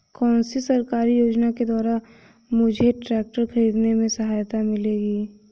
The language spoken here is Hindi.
कौनसी सरकारी योजना के द्वारा मुझे ट्रैक्टर खरीदने में सहायता मिलेगी?